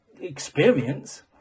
experience